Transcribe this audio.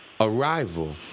arrival